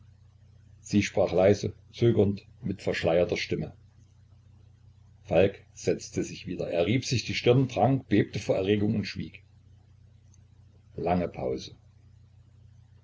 sie sprach leise zögernd mit verschleierter stimme falk setzte sich wieder er rieb sich die stirn trank bebte vor erregung und schwieg lange pause